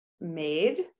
made